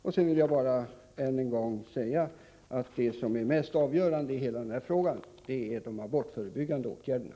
Jag vill än en gång framhålla att det avgörande i hela denna fråga är de abortförebyggande åtgärderna.